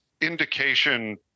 indication